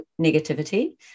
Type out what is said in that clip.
negativity